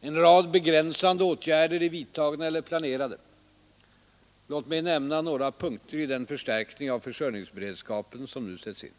En rad begränsande åtgärder är vidtagna eller planerade. Låt mig nämna några punkter i den förstärkning av försörjningsberedskapen som nu sätts in.